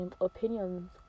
opinions